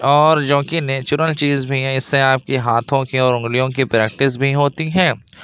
اور جو کہ نیچرل چیز بھی ہے اس سے آپ کی ہاتھوں کی اور انگلیوں کی پریکٹس بھی ہوتی ہے